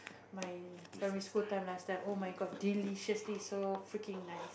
my primary school time last time oh-my-god deliciously so freaking nice